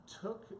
took